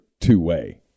two-way